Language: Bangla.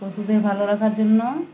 পশুদের ভালো রাখার জন্য